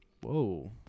Whoa